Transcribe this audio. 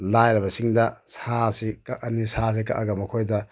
ꯂꯥꯏꯔꯕꯁꯤꯡꯗ ꯁꯥꯁꯤ ꯀꯛꯑꯅꯤ ꯁꯥꯁꯤ ꯀꯛꯑꯒ ꯃꯈꯣꯏꯗ